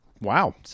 Wow